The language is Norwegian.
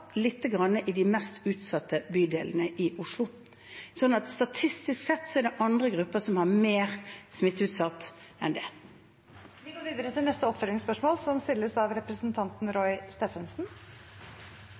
lite grann i de mest utsatte bydelene i Oslo. Statistisk sett er det andre grupper som er mer smitteutsatt. Roy Steffensen – til oppfølgingsspørsmål. Jeg hører at representanten Gahr Støre har lest statistikker over hvor mange lærere som